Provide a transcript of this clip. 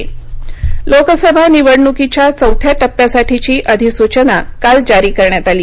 लोकसभा निवडणूक लोकसभा निवडणुकीच्या चौथ्या टप्प्यासाठीची अधिसूचना काल जारी करण्यात आली